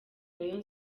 rayon